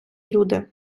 люди